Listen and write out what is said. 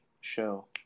show